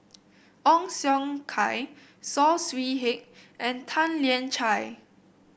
Ong Siong Kai Saw Swee Hock and Tan Lian Chye